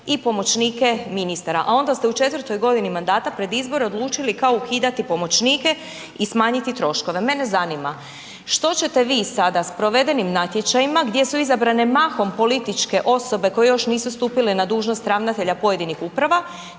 i pomoćnike ministara, a onda ste u 4 godini mandata pred izbore odlučili kao ukidati pomoćnike i smanjiti troškove. Mene zanima, što ćete vi sada s provedenim natječajima gdje su izabrane mahom političke osobe koje još nisu stupile na dužnost ravnatelja pojedinih uprava?